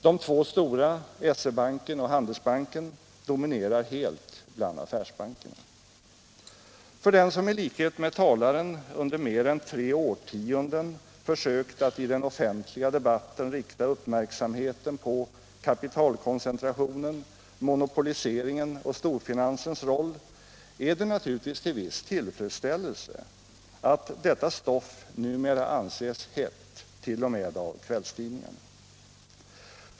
De två stora — SE-banken och Handelsbanken — dominerar helt bland affärsbankerna. För den som i likhet med talaren under mer än tre årtionden försökt att i den offentliga debatten rikta uppmärksamheten på kapitalkoncentrationen, monopoliseringen och storfinansens roll är det naturligtvis till viss tillfredsställelse att detta stoff numera anses hett t.o.m. av kvällstidningarna.